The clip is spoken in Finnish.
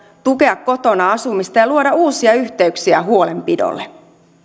tukea kotona asumista ja luoda uusia yhteyksiä huolenpidolle